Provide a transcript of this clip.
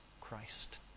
Christ